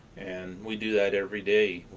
and we do that every day,